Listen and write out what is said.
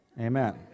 Amen